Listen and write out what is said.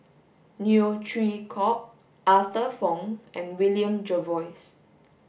Neo Chwee Kok Arthur Fong and William Jervois